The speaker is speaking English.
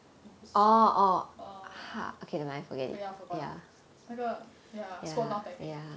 err ya forgot 那个 ya squat down technique